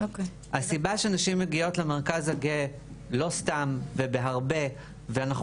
הסיבה שנשים מגיעות למרכז הגאה היא לא סתם ובהרבה ואנחנו